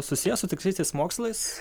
susijęs su tiksliaisiais mokslais